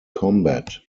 combat